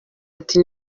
ati